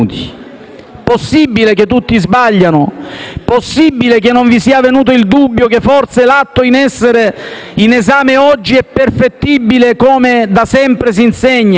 Possibile che tutti sbagliano? Possibile che non vi sia venuto il dubbio che forse l'atto in esame oggi è perfettibile, come da sempre si insegna?